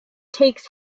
takes